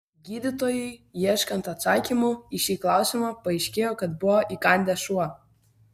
gydytojui ieškant atsakymų į šį klausimą paaiškėjo kad buvo įkandęs šuo